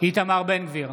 איתמר בן גביר,